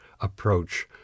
approach